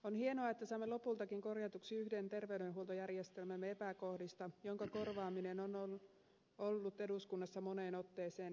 on hienoa että saamme lopultakin korjatuksi yhden terveydenhuoltojärjestelmämme epäkohdista jonka korjaaminen on ollut eduskunnassa moneen otteeseen esillä